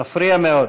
מפריע מאוד.